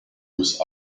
with